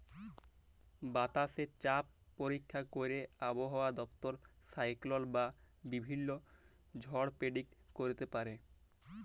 বাতাসে চাপ পরীক্ষা ক্যইরে আবহাওয়া দপ্তর সাইক্লল বা বিভিল্ল্য ঝড় পের্ডিক্ট ক্যইরতে পারে